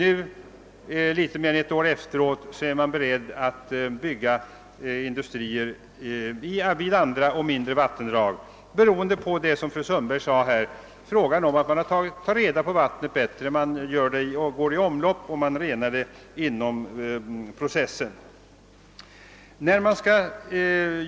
Nu litet mer än ett år efteråt är man beredd att bygga industrier vid andra och mindre vattendrag, beroende på som fru Sundberg här sade — att det går att ta reda på vattnet bättre, genom att vattnet får gå i omlopp och alltså renas inom denna pro Cess.